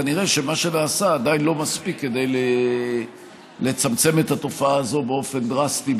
נראה שמה שנעשה עדיין לא מספיק כדי לצמצם את התופעה הזאת באופן דרסטי,